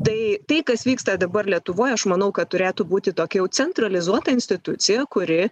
tai tai kas vyksta dabar lietuvoj aš manau kad turėtų būti tokia jau centralizuota institucija kuri